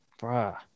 Bruh